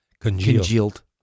Congealed